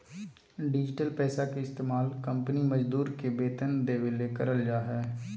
digital पैसा के इस्तमाल कंपनी मजदूर के वेतन देबे ले करल जा हइ